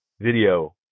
video